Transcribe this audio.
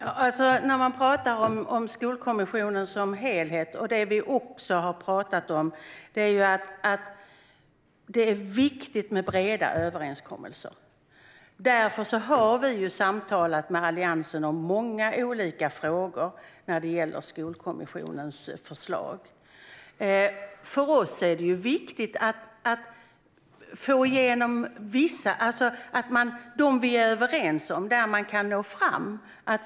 Herr talman! När man talar om Skolkommissionen som helhet - och det har vi också talat om - är det viktigt med breda överenskommelser. Därför har vi samtalat med Alliansen om många olika frågor när det gäller Skolkommissionens förslag. För oss är det viktigt att vi först och främst lyfter fram det vi är överens om och där man kan nå fram.